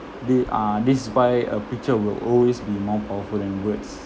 they uh this is why a picture will always be more powerful than words